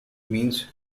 means